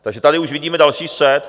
Takže tady už vidíme další střet.